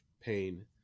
pain